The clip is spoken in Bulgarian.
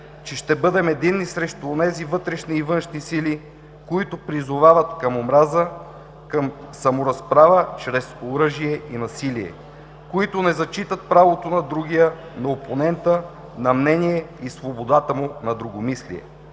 че ще бъдем единни срещу онези вътрешни и външни сили, които призовават към омраза, към саморазправа чрез оръжие и насилие, които не зачитат правото на другия, на опонента, на мнение и свободата му на другомислие.